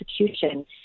execution